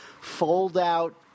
fold-out